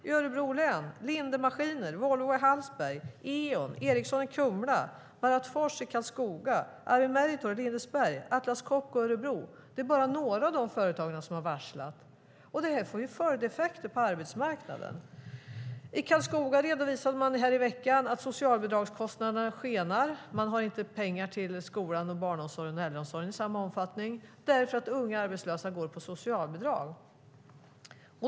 I Örebro län är det Linde Maskiner, Volvo i Hallsberg, Eon, Ericsson i Kumla, Bharat Forge i Karlskoga, Meritor i Lindesberg och Atlas Copco i Örebro. Det är bara några av de företag som har varslat. Det här får följdeffekter på arbetsmarknaden. I Karlskoga redovisade man i veckan att socialbidragskostnaderna skenar. Man har inte pengar till skolan, barnomsorgen och äldreomsorgen i samma omfattning därför att unga arbetslösa går på socialbidrag.